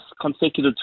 consecutive